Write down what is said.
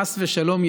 חס ושלום,